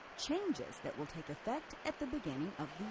changes that will take affect at the beginning of